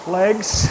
legs